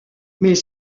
mais